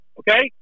okay